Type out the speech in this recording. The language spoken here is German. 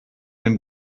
den